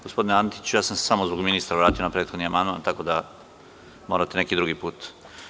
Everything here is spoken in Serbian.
Gospodine Antiću, ja sam se samo zbog ministra vratio na prethodni amandman, tako da morate neki drugi put.